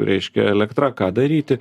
reiškia elektra ką daryti